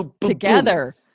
together